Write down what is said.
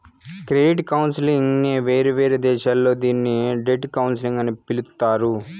credit counselling నే వేరే దేశాల్లో దీన్ని డెట్ కౌన్సిలింగ్ అని పిలుత్తారు